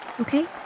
okay